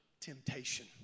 Temptation